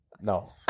No